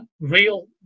real